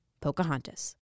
Pocahontas